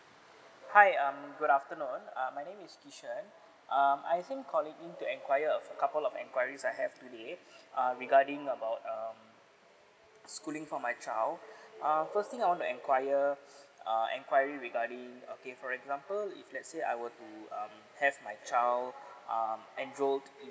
hi um good afternoon uh my name is kishen um I think calling in to inquire a couple of enquiries I have today uh regarding about um schooling for my child err first thing I want to enquire uh enquiry regarding okay for example if let's say I were to um have my child um enrolled